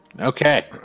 Okay